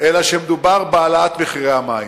אלא כשמדובר בהעלאת מחירי המים,